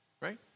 right